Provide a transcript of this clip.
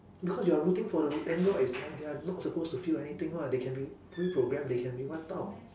because you are rooting for the androids and they are not supposed to feel anything [one] they can be reprogrammed they can be wiped out